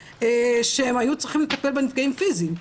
שהם היו צריכים לטפל בנפגעים פיזיים.